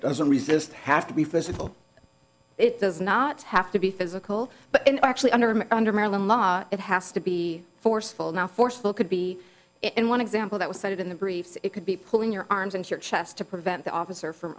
doesn't resist have to be physical it does not have to be physical but actually under under maryland law it has to be forceful now forceful could be in one example that was cited in the briefs it could be pulling your arms and your chest to prevent the officer f